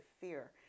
fear